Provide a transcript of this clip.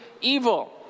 evil